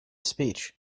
speech